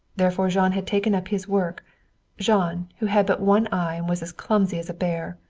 therefore jean had taken up his work jean, who had but one eye and was as clumsy as a bear.